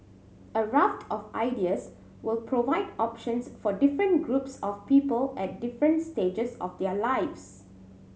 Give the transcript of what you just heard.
a raft of ideas will provide options for different groups of people at different stages of their lives